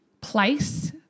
place